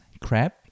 crab